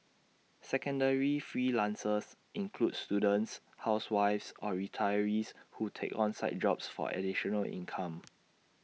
secondary freelancers include students housewives or retirees who take on side jobs for additional income